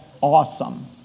awesome